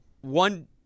One